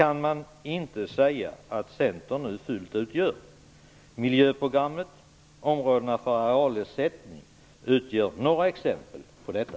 Man kan inte säga att Centern nu fullt ut gör detta. Miljöprogrammet och områdena för arealersättning är några exempel på detta.